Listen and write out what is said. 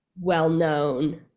well-known